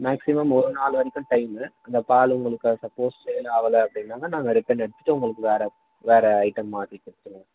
maximum ஒரு நாள் வரைக்கும் டைமு அந்த பால் உங்களுக்கு சப்போஸ் சேல் ஆகல அப்படின்னா நாங்கள் ரிட்டன் எடுத்துட்டு உங்களுக்கு வேறு வேறு ஐட்டம் மாற்றி கொடுத்துடுவோம்